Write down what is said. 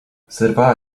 zerwała